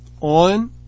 on